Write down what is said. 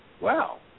wow